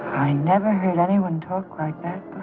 i never heard anyone. talk like